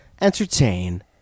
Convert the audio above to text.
entertain